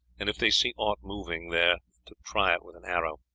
and if they see aught moving there to try it with an arrow.